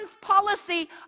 policy